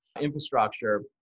infrastructure